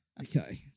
Okay